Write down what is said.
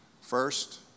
First